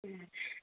ए